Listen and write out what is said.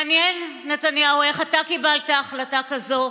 מעניין, נתניהו, איך אתה קיבלת החלטה כזאת.